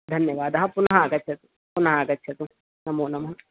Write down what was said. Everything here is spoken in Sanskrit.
धन्यवादः पुनः आगच्छतु पुनः आगच्छतु नमो नमः